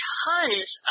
tons